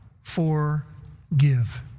forgive